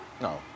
No